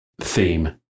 theme